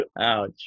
Ouch